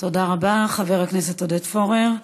תודה רבה, חבר הכנסת עודד פורר.